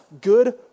good